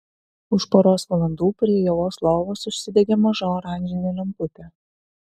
už poros valandų prie ievos lovos užsidegė maža oranžinė lemputė